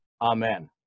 Amen